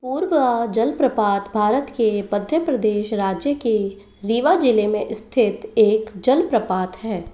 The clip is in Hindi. पुरवा जलप्रपात भारत के मध्य प्रदेश राज्य के रीवा ज़िले में स्थित एक जलप्रपात है